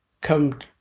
come